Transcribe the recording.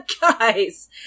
guys